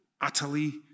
utterly